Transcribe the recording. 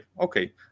Okay